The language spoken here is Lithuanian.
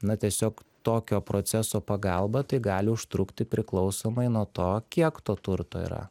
na tiesiog tokio proceso pagalba tai gali užtrukti priklausomai nuo to kiek to turto yra